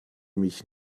mich